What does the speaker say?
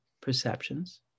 perceptions